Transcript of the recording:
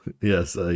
yes